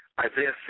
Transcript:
Isaiah